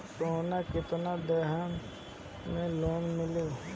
सोना कितना देहम की लोन मिली?